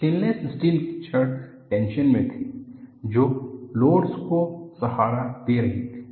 stainless steel की छड़ें tension में थीं जो लोड्स को सहारा दे रहे थी